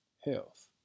health